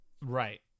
Right